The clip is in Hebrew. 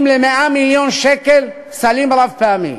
80 ל-100 מיליון שקל סלים רב-פעמיים.